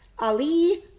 ali